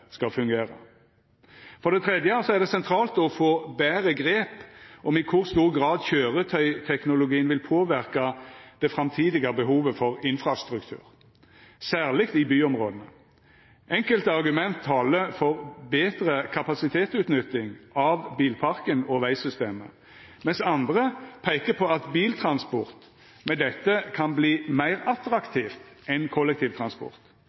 skal fungera. For det tredje er det sentralt å få betre grep om i kor stor grad kjøretøyteknologien vil påverka det framtidige behovet for infrastruktur, særleg i byområda. Enkelte argument talar for betre kapasitetsutnytting av bilparken og vegsystemet, mens andre peikar på at biltransport med dette kan verta meir attraktivt enn kollektivtransport,